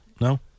No